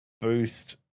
boost